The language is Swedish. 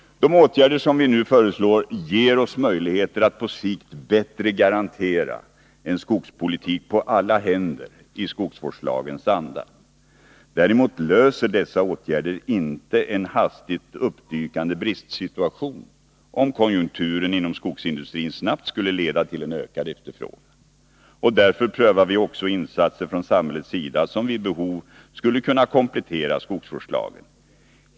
De åtgärder som vi nu föreslår ger oss möjligheter att på sikt bättre garantera en skogspolitik på alla händer i skogsvårdslagens anda. Däremot löser dessa åtgärder inte en hastigt uppdykande bristsituation, om konjunkturen inom skogsindustrin snabbt skulle leda till en ökad efterfrågan. Därför prövar vi också insatser från samhällets sida som vid behov skulle kunna komplettera skogsvårdslagen.